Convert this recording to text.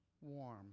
warm